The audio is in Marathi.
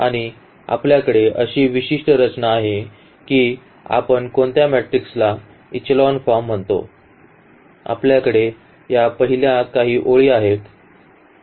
आणि आपल्याकडे अशी विशिष्ट रचना आहे की आपण कोणत्या मेट्रिक्सला इचेलॉन फॉर्म म्हणतो आपल्याकडे या पहिल्या काही ओळी आहेत